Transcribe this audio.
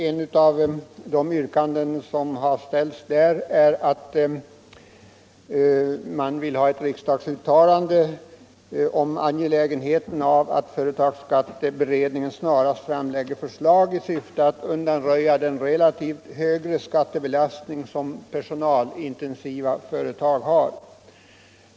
Ett av de yrkanden som ställts i de motionerna är att man vill ha ett uttalande av riksdagen om angelägenheten av att företagsskatteberedningen snarast framlägger förslag i syfte att undanröja den relativt höga skattebelastning som personalintensiva företag har.